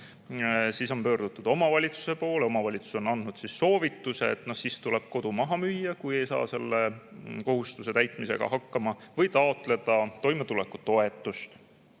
juhul on pöördutud omavalitsuse poole ja omavalitsus on andnud soovituse, et siis tuleb kodu maha müüa, kui ei saa selle kohustuse täitmisega hakkama, või taotleda toimetulekutoetust.